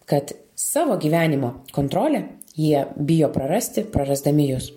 kad savo gyvenimo kontrolę jie bijo prarasti prarasdami jus